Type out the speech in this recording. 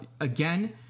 again